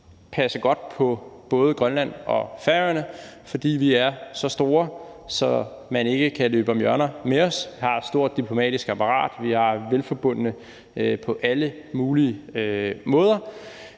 passe godt på både Grønland og Færøerne, fordi vi er så store, så man ikke kan løbe om hjørner med os. Vi har et stort diplomatisk apparat, vi er vel forbundne på alle mulige måder,